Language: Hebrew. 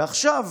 ועכשיו,